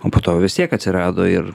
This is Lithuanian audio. o po to vis tiek atsirado ir